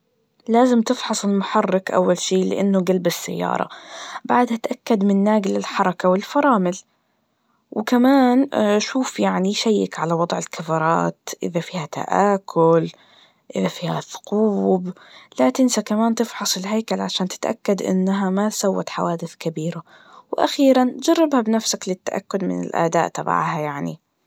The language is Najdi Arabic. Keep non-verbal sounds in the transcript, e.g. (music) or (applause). لازم تفحص المحرك أول شي لأنه قلب السيارة, بعدها اتاكد من ناقل الحركة والفرامل, وكمان شوف يعني شيك على وضع الكفرات إذا فيا تآكل, (hesitation) فيها ثقوب, لا تنسى كمان تفحص الهيكل عشان تتأكد إنها ما سوت حوادث كبيرة, وأخيراً, جربها بنفسك للتأكد من الأداء تبعه يعني.